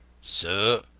sir,